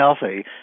healthy